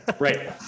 right